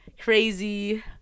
crazy